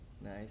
Nice